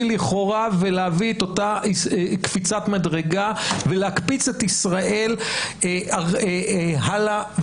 לכאורה ולהביא את אותה קפיצת מדרגה ולהקפיץ את ישראל הלאה וקדימה.